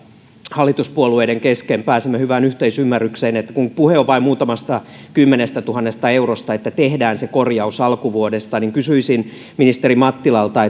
hallituspuolueiden kesken pääsimme hyvään yhteisymmärrykseen kun puhe on vain muutamasta kymmenestätuhannesta eurosta että tehdään se korjaus alkuvuodesta niin kysyisin ministeri mattilalta